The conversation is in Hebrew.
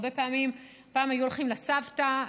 פעם היו הולכים לסבתא,